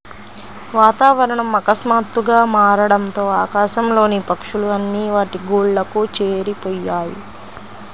వాతావరణం ఆకస్మాతుగ్గా మారడంతో ఆకాశం లోని పక్షులు అన్ని వాటి గూళ్లకు చేరిపొయ్యాయి